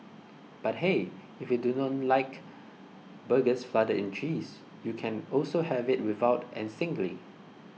but hey if you do not like burgers flooded in cheese you can also have it without and singly